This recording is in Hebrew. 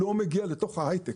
אבל לא מגיע לתוך ההיי-טק.